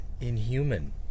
inhuman